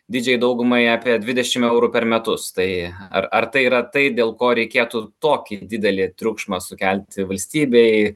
didžiajai daugumai apie dvidešim eurų per metus tai ar ar tai yra tai dėl ko reikėtų tokį didelį triukšmą sukelti valstybėj